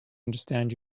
understand